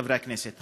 חברי הכנסת,